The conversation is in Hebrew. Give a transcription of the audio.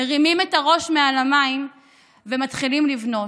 מרימים את הראש מעל המים ומתחילים לבנות.